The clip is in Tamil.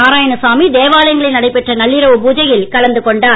நாராயணசாமி தேவாலயங்களில்நடைபெற்றநள்ளிரவுபூஜையில்கலந்துகொண்டார்